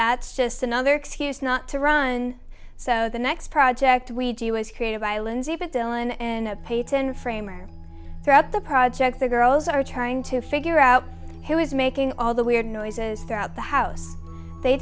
that's just another excuse not to run so the next project we do is create islands a bit dylan and payton framer throughout the project the girls are trying to figure out who is making all the weird noises throughout the house they